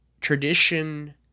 Tradition